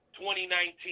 2019